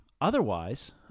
Otherwise